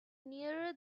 nearer